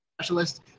specialist